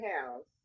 house